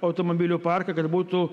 automobilių parką kad būtų